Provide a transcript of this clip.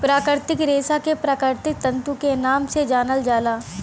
प्राकृतिक रेशा के प्राकृतिक तंतु के नाम से भी जानल जाला